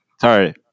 Sorry